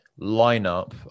lineup